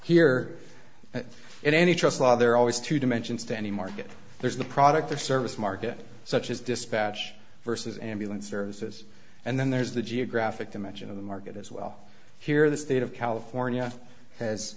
here in any trust law there are always two dimensions to any market there's the product or service market such as dispatch versus ambulance services and then there's the geographic dimension of the market as well here the state of california has